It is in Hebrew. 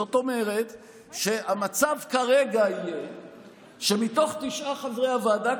זאת אומרת שהמצב כרגע יהיה שמתוך תשעה חברי הוועדה,